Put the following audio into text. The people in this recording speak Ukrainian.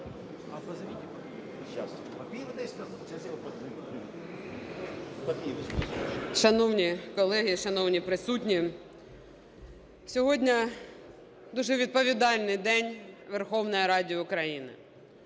Шановні колеги, шановні присутні! Сьогодні дуже відповідальний день у Верховній Раді України.